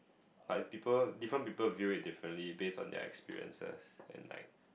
like people different people view it differently based on their experiences and like